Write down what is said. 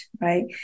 right